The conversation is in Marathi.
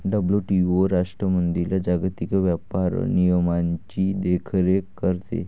डब्ल्यू.टी.ओ राष्ट्रांमधील जागतिक व्यापार नियमांची देखरेख करते